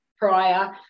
prior